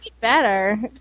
better